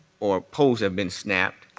or poles have been snapped,